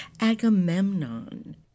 Agamemnon